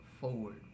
forward